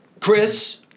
Chris